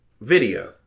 video